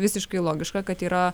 visiškai logiška kad yra